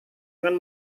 akan